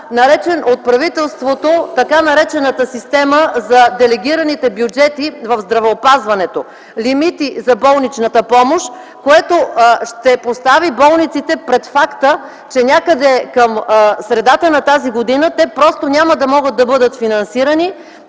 от правителството система за делегирани бюджети в здравеопазването, лимити за болничната помощ, което ще постави болниците пред факта, че някъде към средата на тази година те просто няма да могат да бъдат финансирани,